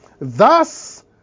Thus